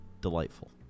delightful